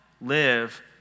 live